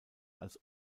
als